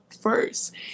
first